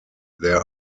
there